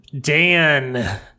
Dan